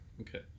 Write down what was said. Okay